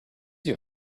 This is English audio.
your